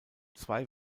zwei